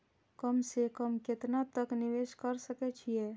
कम से कम केतना तक निवेश कर सके छी ए?